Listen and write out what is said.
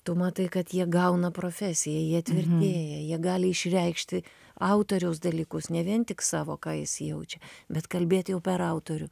tu matai kad jie gauna profesiją jie tvirtėja jie gali išreikšti autoriaus dalykus ne vien tik savo ką jis jaučia bet kalbėt jau per autorių